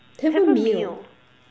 have a meal